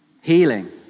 Healing